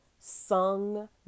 sung